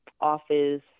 office